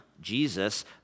Jesus